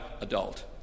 adult